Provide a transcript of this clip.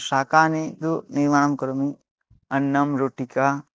शाकानि तु निर्माणं करोमि अन्नं रोटिका